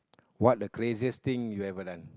what the craziest thing you ever done